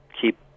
keep